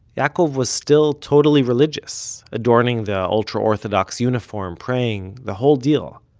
yaakov was still totally religious, adorning the ultra-orthodox uniform, praying, the whole deal.